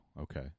okay